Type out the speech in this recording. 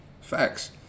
facts